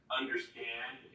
understand